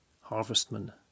Harvestman